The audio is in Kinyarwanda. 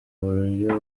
uburyo